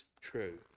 true